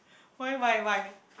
why why why